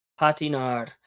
Patinar